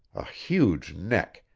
a huge neck,